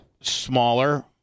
Smaller